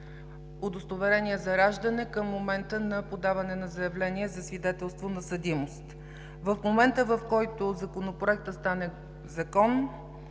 Законопроектът стане Закон,